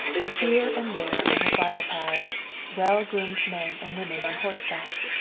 and here and there on the bridle paths well-groomed men and women on horseback,